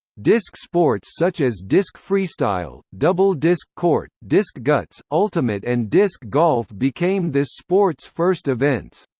disc sports such as disc freestyle, double disc court, disc guts, ultimate and disc golf became this sport's first events.